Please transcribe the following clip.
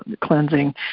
cleansing